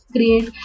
Create